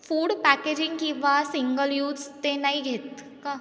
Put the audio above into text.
food packaging किंवा single use ते नाही घेत का